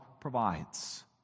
provides